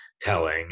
telling